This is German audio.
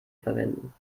verwenden